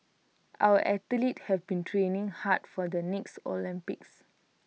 our athletes have been training hard for the next Olympics